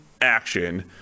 action